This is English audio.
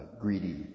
greedy